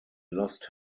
lost